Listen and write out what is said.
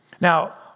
Now